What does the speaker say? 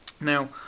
Now